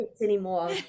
anymore